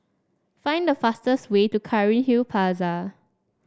find the fastest way to Cairnhill Plaza